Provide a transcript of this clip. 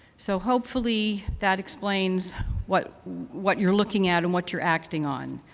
so hopefully that explains what what you're looking at and what you're acting on.